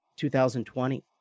2020